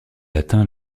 latin